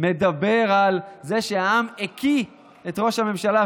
מדבר על זה שהעם הקיא את ראש הממשלה.